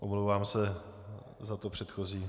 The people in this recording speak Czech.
Omlouvám se za to předchozí.